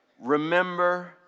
remember